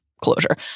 closure